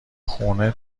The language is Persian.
خونه